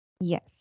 Yes